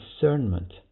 discernment